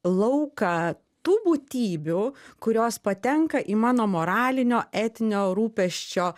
lauką tų būtybių kurios patenka į mano moralinio etinio rūpesčio